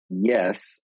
yes